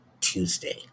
Tuesday